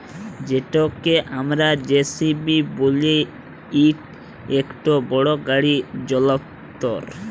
যেটকে আমরা জে.সি.বি ব্যলি ইট ইকট বড় গাড়ি যল্তর